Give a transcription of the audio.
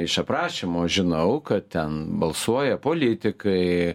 iš aprašymo žinau kad ten balsuoja politikai